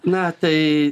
na tai